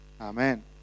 Amen